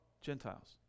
Gentiles